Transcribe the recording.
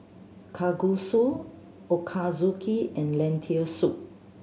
Kalguksu Ochazuke and Lentil Soup